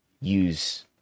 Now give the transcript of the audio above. use